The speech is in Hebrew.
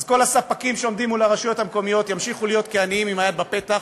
אז כל הספקים שעומדים מול הרשויות המקומיות ימשיכו להיות כעניים בפתח.